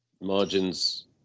margins